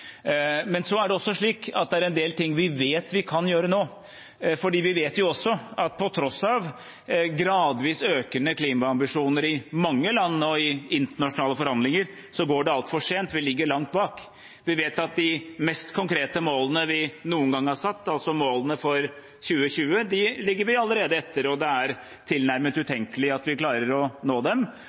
Men så er det også slik at det er en del ting vi vet vi kan gjøre nå, for vi vet også at på tross av gradvis økende klimaambisjoner i mange land og i internasjonale forhandlinger går det altfor sent, og vi ligger langt bak. Vi vet at når det gjelder de mest konkrete målene vi noen gang har satt, altså målene for 2020, ligger vi allerede på etterskudd, og det er tilnærmet utenkelig at vi klarer å nå dem.